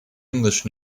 english